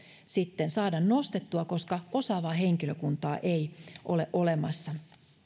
saada nostettua koska osaavaa henkilökuntaa ei ole olemassa